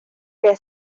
que